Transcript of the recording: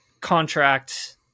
contract